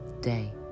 day